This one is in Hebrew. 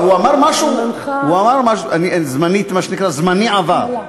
הוא אמר משהו, זמנך, מה שנקרא זמני עבר.